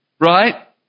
Right